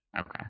Okay